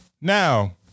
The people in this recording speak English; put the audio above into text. Now